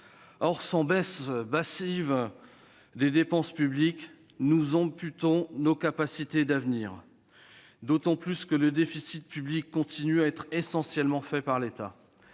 Or, sans baisse massive des dépenses publiques, nous amputons nos capacités d'avenir, d'autant plus que le déficit public continue d'être essentiellement le fait de l'État.